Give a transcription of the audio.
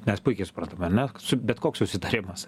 mes puikiai suprantam ar ne su bet koks susitarimas